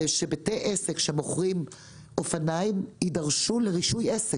שבתי עסק שמוכרים אופניים, יידרשו לרישוי עסק.